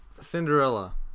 Cinderella